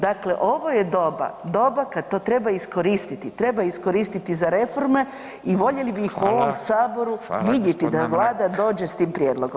Dakle, ovo je doba, doba kad to treba iskoristiti, treba iskoristiti za reforme i volje li bi ih [[Upadica: Fala]] u ovom saboru [[Upadica: Hvala g. Mrak]] vidjeti da vlada dođe s tim prijedlogom.